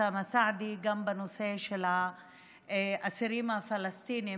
אוסאמה סעדי גם בנושא של האסירים הפלסטינים,